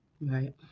Right